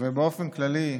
באופן כללי,